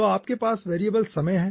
तो आपके पास वेरिएबल समय है